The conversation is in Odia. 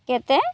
କେତେ